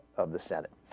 of the senate